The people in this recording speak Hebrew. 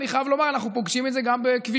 אני חייב לומר: אנחנו פוגשים את זה גם בכבישים,